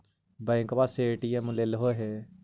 बैंकवा से ए.टी.एम लेलहो है?